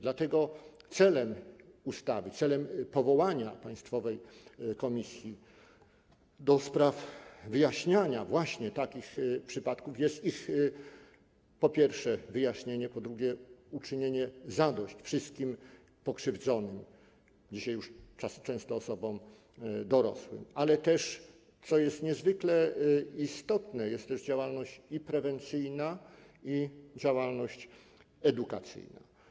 Dlatego celem ustawy, celem powołania państwowej komisji ds. wyjaśniania właśnie takich przypadków jest ich, po pierwsze, wyjaśnienie, po drugie, uczynienie zadość wszystkim pokrzywdzonym, dzisiaj już często osobom dorosłym, ale też, co jest niezwykle istotne, jest i działalność prewencyjna, i działalność edukacyjna.